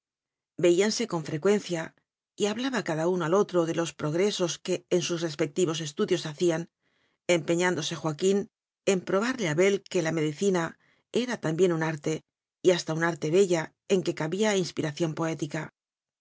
veíanse con frecuencia y hablaba cada uno al otro de los progresos que en sus respectivos estudios hacían empeñán dose joaquín en probarle a abel que la me dicina era también un arte y hasta un arte bella en que cabía inspiración poética